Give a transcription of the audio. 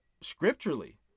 scripturally